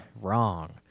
wrong